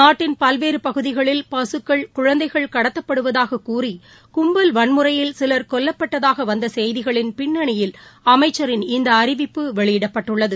நாட்டின் பல்வேறுபகுதகிளில் பசுக்கள் குழந்தைகள் கடத்தப்படுவதாககூறிகும்பல் வன்முறையில் சிவர் கொல்லப்பட்டதாகவந்தசெய்திகள் பின்னணியில் அமைச்சரின் இந்தஅறிவிப்பு வெளியிடப்பட்டுள்ளது